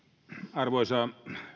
arvoisa